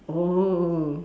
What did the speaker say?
oh